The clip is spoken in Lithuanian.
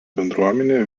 bendruomenė